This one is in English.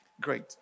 Great